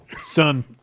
Son